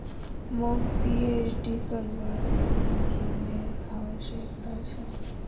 मौक पीएचडी करवार त न ऋनेर आवश्यकता छ